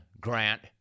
Grant